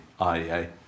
iea